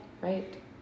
Right